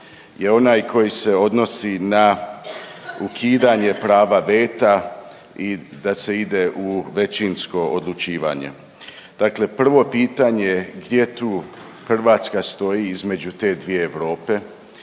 je onaj koji se odnosi na ukidanje prava veta i da se ide u većinsko odlučivanje. Dakle prvo pitanje, gdje tu Hrvatska stoji između te dvije Europe?